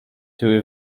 two